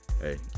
hey